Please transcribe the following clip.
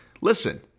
Listen